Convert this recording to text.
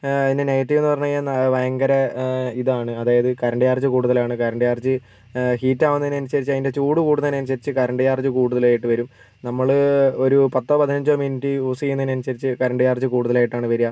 അതിൻ്റെ നെഗറ്റീവെന്ന് പറഞ്ഞ് കഴിഞ്ഞാൽ ഭയങ്കര ഇതാണ് അതായത് കറൻ്റെ ചാർജ് കൂടുതലാണ് കറൻ്റെ ചാർജ്ജ് ഹീറ്റാകുന്നതിനനുസരിച്ച് അതിൻ്റെ ചൂട് കൂടുന്നതിനനുസരിച്ച് കറൻ്റെ ചാർജ് കൂടുതലായിട്ട് വരും നമ്മൾ ഒരു പത്ത് പതിനഞ്ച് മിനിറ്റ് യൂസ് ചെയ്യുന്നതിനനുസരിച്ച് കറൻ്റെ ചാർജ് കൂടുതലായിട്ടാണ് വരുക